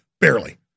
barely